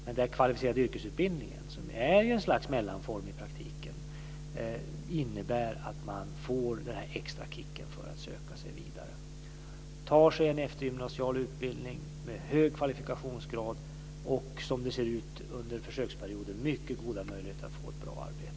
Den kvalificerade yrkesutbildningen, som i praktiken är ett slags mellanform, innebär att man får den extra kicken för att söka sig vidare. Man går en eftergymnasial utbildning med hög kvalifikationsgrad och det finns, som det ser ut under försöksperioden, mycket goda möjligheter att få ett bra arbete.